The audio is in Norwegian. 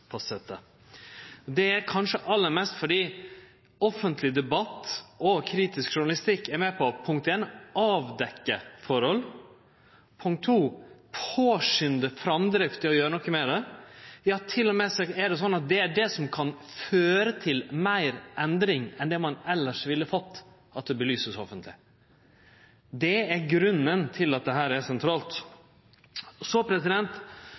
lovverk fastset – kanskje aller mest fordi offentleg debatt og kritisk journalistikk er med på å avdekkje forhold påskunde framdrifta i å gjere noko med det Det er til og med slik at det er det som kan føre til meir endring enn det ein elles ville fått – at det vert belyst offentleg. Det er grunnen til at dette er sentralt. Så